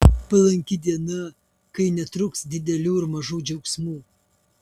palanki diena kai netruks didelių ir mažų džiaugsmų